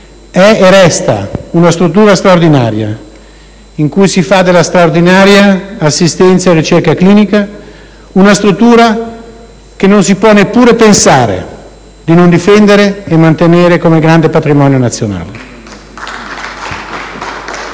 è e resta una struttura straordinaria in cui si fa della straordinaria assistenza e ricerca clinica, una struttura che non si può neppure pensare di non difendere e mantenere come grande patrimonio nazionale.